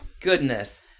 Goodness